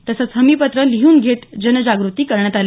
तसंच हमीपत्र लिहून घेत जनजाग्रती करण्यात आली